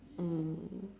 mm